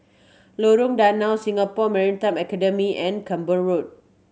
Lorong Danau Singapore Maritime Academy and Camborne Road